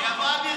שיבוא אביר קארה.